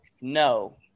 No